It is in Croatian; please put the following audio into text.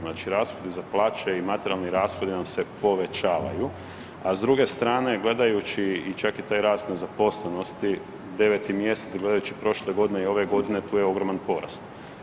Znači rashodi za plaće i materijalni rashodi nam se povećavaju, a s druge strane gledajući i čak i taj rast nezaposlenosti, 9. mjesec gledajući prošle godine i ove godine tu je ogroman porast.